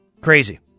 Crazy